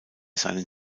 seinen